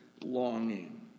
longing